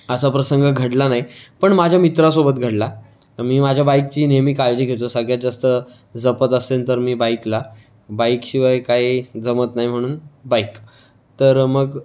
असा प्रसंग घडला नाही पण माझ्या मित्रासोबत घडला मी माझ्या बाईकची नेहमी काळजी घेतो सगळ्यात जास्त जपत असेल तर मी बाईकला बाईकशिवाय काही जमत नाही म्हणून बाईक तर मग